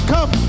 Come